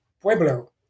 pueblo